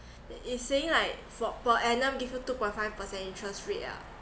it's saying like for per annum give you two point five percent interest rate ah